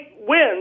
wins